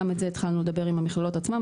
גם על זה התחלנו לדבר על המכללות עצמן.